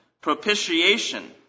propitiation